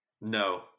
no